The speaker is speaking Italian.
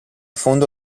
fondo